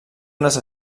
unes